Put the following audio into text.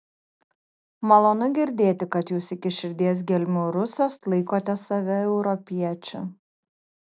malonu girdėti kad jūs iki širdies gelmių rusas laikote save europiečiu